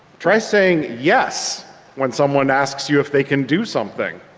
try saying, yes when someone asks you if they can do something.